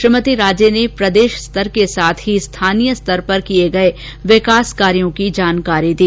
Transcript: श्रीमती राजे ने प्रदेश स्तर के साथ स्थानीय स्तर पर किये गये विकास कार्यो की जानकारी दी